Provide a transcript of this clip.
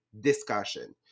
discussion